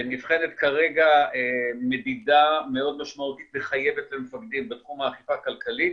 נבחנת כרגע מדידה מאוד משמעותית ומחייבת למפקדים בתחום האכיפה הכללית